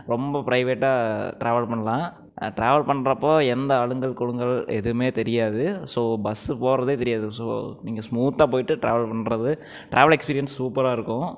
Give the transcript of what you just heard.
ரொம்ப பிரைவேட்டாக டிராவல் பண்ணலாம் டிராவல் பண்றப்போது எந்த அலுங்கல் குலுங்கல் எதுவுமே தெரியாது ஸோ பஸ்ஸு போகிறதே தெரியாது ஸோ நீங்கள் ஸ்மூத்தாக போயிட்டு டிராவல் பண்றது டிராவல் எக்ஸ்பீரியன்ஸ் சூப்பராக இருக்கும்